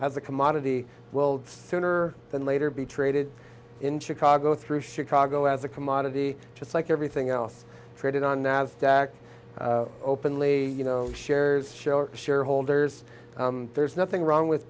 j as a commodity sooner than later be traded in chicago through chicago as a commodity just like everything else traded on nasdaq openly you know shares share shareholders there's nothing wrong with